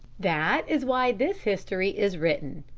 that is why this history is written.